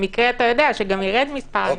למקרה שירד מספר הנדבקים.